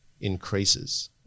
increases